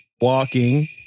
walking